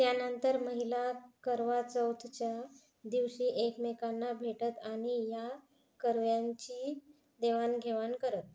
त्यानंतर महिला करवा चौथच्या दिवशी एकमेकांना भेटत आणि या कर्व्यांची देवाणघेवाण करत